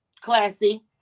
Classy